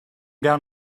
down